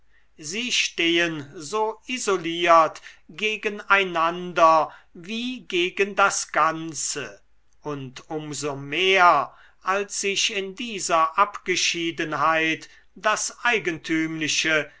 sie stehen so isoliert gegen einander wie gegen das ganze und um so mehr als sich in dieser abgeschiedenheit das eigentümliche